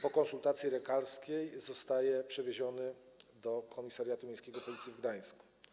Po konsultacji lekarskiej zostaje przewieziony do komisariatu miejskiego Policji w Gdańsku.